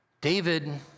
David